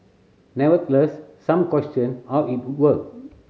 nevertheless some questioned how it would work